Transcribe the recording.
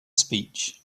speech